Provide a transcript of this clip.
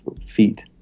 feet